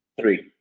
Three